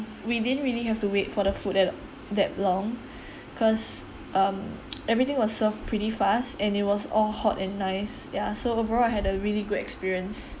we didn't really have to wait for the food that that long because um everything was served pretty fast and it was all hot and nice ya so overall I had a really good experience